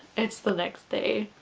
it's the next day,